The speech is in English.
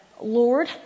Lord